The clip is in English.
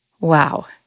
Wow